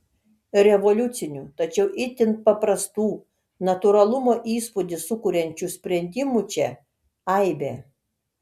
revoliucinių tačiau itin paprastų natūralumo įspūdį sukuriančių sprendimų čia aibė